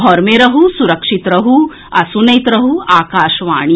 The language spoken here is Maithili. घर मे रहू सुरक्षित रहू आ सुनैत रहू आकाशवाणी